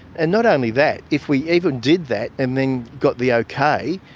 and not only that, if we even did that and then got the okay,